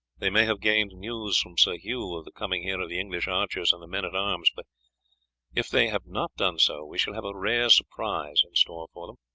they may have gained news from sir hugh of the coming here of the english archers and the men-at-arms, but if they have not done so we shall have a rare surprise in store for them.